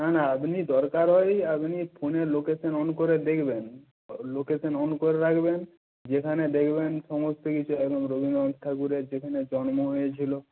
না না আপনি দরকার হয় আপনি ফোনের লোকেশান অন করে দেখবেন লোকেশান অন করে রাখবেন যেখানে দেখবেন সমস্ত কিছু একদম রবীন্দ্রনাথ ঠাকুরের যেখানে জন্ম হয়েছিল